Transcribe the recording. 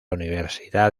universidad